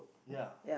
ya